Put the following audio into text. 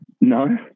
No